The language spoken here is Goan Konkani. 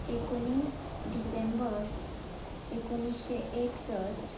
एकोणीस डिसेंबर एकोणिश्शे एकसश्ट